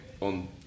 on